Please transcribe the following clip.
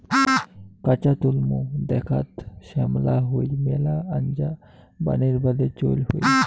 কাঁচা তলমু দ্যাখ্যাত শ্যামলা হই মেলা আনজা বানের বাদে চইল হই